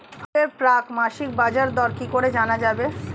আঙ্গুরের প্রাক মাসিক বাজারদর কি করে জানা যাবে?